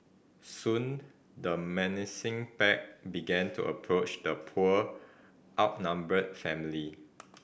soon the menacing pack began to approach the poor outnumbered family